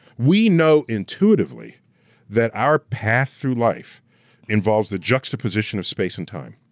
we know intuitively that our path through life involves the juxtaposition of space and time.